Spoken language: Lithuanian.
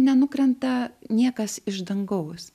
nenukrenta niekas iš dangaus